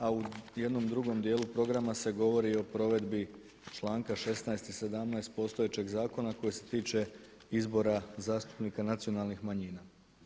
A u jednom drugom dijelu programa se govori o provedbi članka 16. i 17. postojećeg zakona koji se tiče izbora zastupnika nacionalnih manjina.